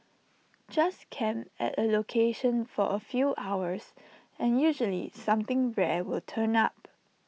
just camp at A location for A few hours and usually something rare will turn up